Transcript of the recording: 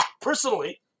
personally